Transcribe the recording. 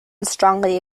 strongly